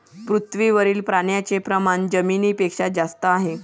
पृथ्वीवरील पाण्याचे प्रमाण जमिनीपेक्षा जास्त आहे